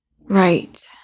Right